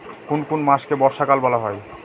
কোন কোন মাসকে বর্ষাকাল বলা হয়?